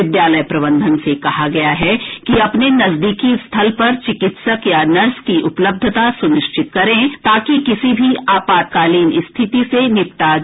विद्यालय प्रबंधन से कहा गया है कि अपने नजदीकी स्थल पर चिकित्सक या नर्स की उपलब्धता सुनिश्चित करें ताकि किसी भी आपातकालीन स्थिति से निपटा जा सके